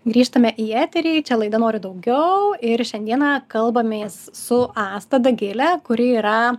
grįžtame į eterį čia laida noriu daugiau ir šiandieną kalbamės su asta dagile kuri yra